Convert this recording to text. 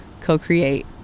co-create